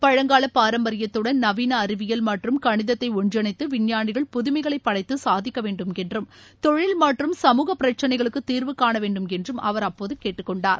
பழங்கால பாரம்பரியத்துடன் நவீன அறிவியல் மற்றும் கணிதத்தை ஒன்றிணைத்து விஞ்ஞானிகள் புதுமைகளை படைத்து சாதிக்கவேண்டும் என்றும் தொழில் மற்றும் சமூக பிரச்சினைகளுக்கு தீர்வுகாணவேண்டும் என்றும் அவர் அப்போது கேட்டுக்கொண்டார்